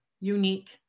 unique